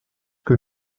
que